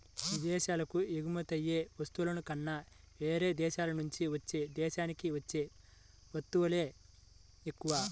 ఇదేశాలకు ఎగుమతయ్యే వస్తువుల కన్నా యేరే దేశాల నుంచే మన దేశానికి వచ్చే వత్తువులే ఎక్కువ